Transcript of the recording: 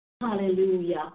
Hallelujah